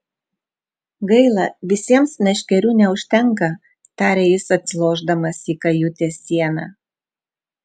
gaila visiems meškerių neužtenka tarė jis atsilošdamas į kajutės sieną